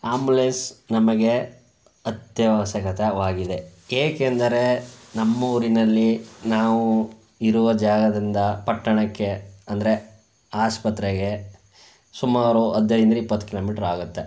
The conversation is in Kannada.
ಆಂಬುಲೆನ್ಸ್ ನಮಗೆ ಅತ್ಯವಶ್ಯಕವಾಗಿದೆ ಏಕೆಂದರೆ ನಮ್ಮೂರಿನಲ್ಲಿ ನಾವು ಇರುವ ಜಾಗದಿಂದ ಪಟ್ಟಣಕ್ಕೆ ಅಂದರೆ ಆಸ್ಪತ್ರೆಗೆ ಸುಮಾರು ಹದಿನೈದ್ರಿಂದ ಇಪ್ಪತ್ತು ಕಿಲೋಮೀಟ್ರ್ ಆಗುತ್ತೆ